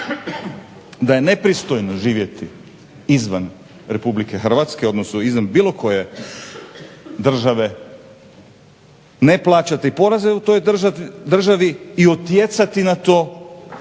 da je nepristojno živjeti izvan Republike Hrvatske u odnosu bilo koje države ne plaćati poreze u toj državi i utjecati na to